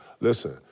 Listen